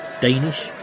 Danish